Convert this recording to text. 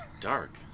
Dark